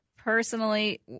Personally